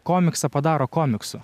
komiksą padaro komiksų